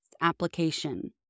application